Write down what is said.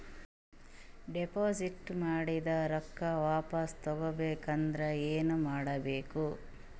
Deposit ಮಾಡಿದ ರೊಕ್ಕ ವಾಪಸ್ ತಗೊಬೇಕಾದ್ರ ಏನೇನು ಕೊಡಬೇಕು?